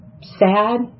sad